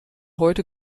heute